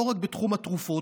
לא רק בתחום התרופות,